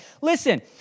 Listen